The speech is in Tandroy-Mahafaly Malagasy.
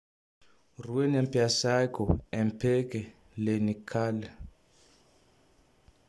Roy ny ampiasaiko: Impec, le Nickel.